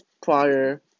prior